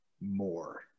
more